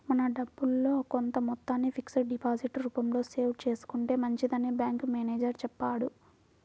మన డబ్బుల్లో కొంత మొత్తాన్ని ఫిక్స్డ్ డిపాజిట్ రూపంలో సేవ్ చేసుకుంటే మంచిదని బ్యాంకు మేనేజరు చెప్పారు